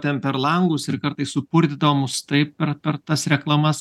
ten per langus ir kartais supurtydavo mus taip per per tas reklamas